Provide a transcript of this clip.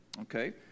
okay